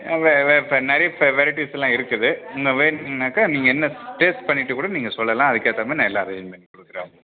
வெ வெ இப்போ நிறைய இப்போ வெரைட்டிஸ் எல்லாம் இருக்குது நீங்கள் வெயிட் பண்ணாக்கா நீங்கள் என்ன டேஸ்ட் பண்ணிவிட்டு கூட நீங்கள் சொல்லலாம் அதுக்கு ஏற்ற மாதிரி நான் எல்லாமே அரேஞ்ச் பண்ணிக் கொடுக்குறேன் உங்களுக்கு